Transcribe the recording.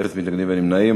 אפס מתנגדים, אין נמנעים.